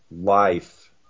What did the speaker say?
life